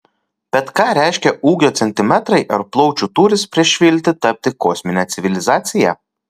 bet ką reiškia ūgio centimetrai ar plaučių tūris prieš viltį tapti kosmine civilizacija